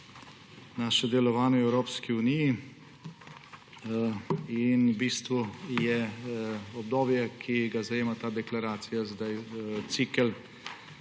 naše delovanje v Evropski uniji in je obdobje, ki ga zajema ta deklaracija, zdaj cikel